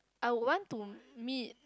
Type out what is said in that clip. I would want to meet